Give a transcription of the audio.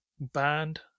band